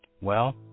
Well